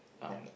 um